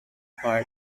part